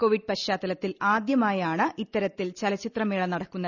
Covid പശ്ചാത്തലത്തിൽ ആദ്യമായാണ് ഇത്തരത്തിൽ ചലച്ചിത്രമേള നടക്കുന്നത്